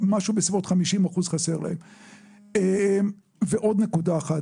אני יושב-ראש ועד הרופאים באסף הרופא, שמיר.